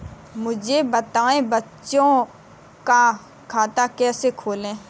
मुझे बताएँ बच्चों का खाता कैसे खोलें?